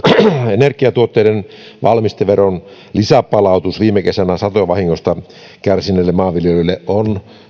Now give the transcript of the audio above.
energiatuotteiden valmisteveron lisäpalautus viime kesänä satovahingoista kärsineille maanviljelijöille on